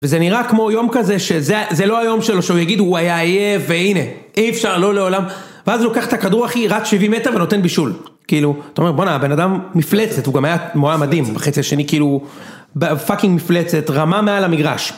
וזה נראה כמו יום כזה, שזה לא היום שלו שהוא יגיד הוא היה עייף, והנה, אי אפשר לא לעולם. ואז הוא לוקח את הכדור הכי רץ 70 מטר ונותן בישול. כאילו, אתה אומר בואנה, הבן אדם מפלצת, הוא גם היה מדהים, בחצי השני כאילו, פאקינג מפלצת, רמה מעל המגרש.